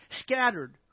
scattered